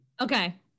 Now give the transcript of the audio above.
Okay